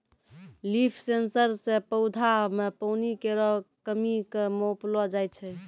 leaf sensor सें पौधा म पानी केरो कमी क मापलो जाय छै